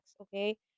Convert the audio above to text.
okay